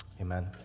Amen